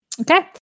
okay